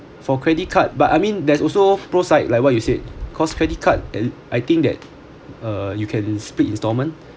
for credit card but I mean there's also pro side like what you said cause credit card I think that uh you can split installment